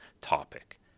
topic